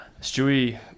Stewie